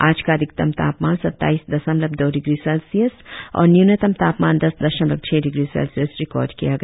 आज का अधिकतम तापमान सत्ताईस दशमलव दो डिग्री सेल्सियस और न्यूनतम तापमान दस दशमलव छह डिग्री सेल्सियस रिकार्ड किया गया